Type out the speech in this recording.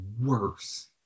worse